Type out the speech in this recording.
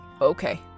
Okay